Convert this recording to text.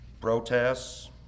Protests